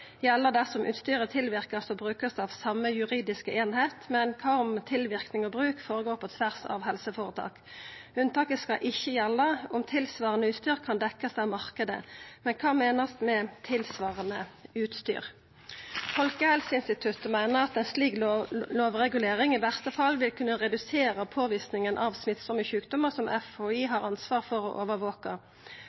gjelda dersom utstyret er tilverka for å verta brukt av same juridiske eining, men kva om tilverking og bruk går føre seg på tvers av helseføretaka? Unntaket skal ikkje gjelda om tilsvarande utstyr kan verta dekt av marknaden. Men kva meiner ein med «tilsvarande utstyr»? Folkehelseinstituttet meiner at ei slik lovregulering i verste fall vil kunna redusera påvisinga av smittsame sjukdomar som FHI har ansvar for å